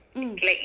mm